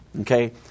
Okay